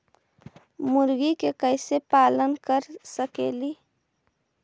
मुर्गि के कैसे पालन कर सकेली?